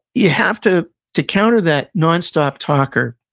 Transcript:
you have to to counter that non-stop talker.